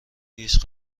هیچ